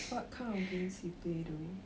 what kind of games he play though